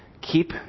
keep